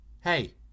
Hey